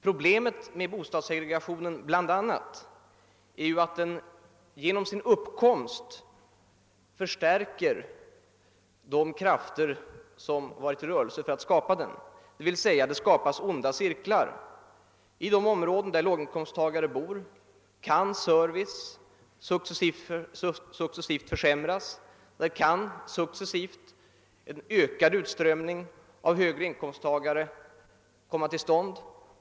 Problemet med Bostadssegregationen är delvis att den genom sin uppkomst förstärker de krafter som varit i rörelse för att skapa den, d.v.s. det uppstår onda cirklar. I de områden där låginkomsttagare bor kan servicen successivt försämras och en ökad utströmning av högre inkomsttagare undan för undan komma till stånd.